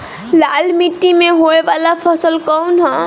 लाल मीट्टी में होए वाला फसल कउन ह?